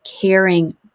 caring